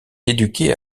éduqué